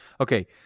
Okay